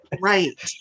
Right